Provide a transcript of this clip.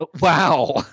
Wow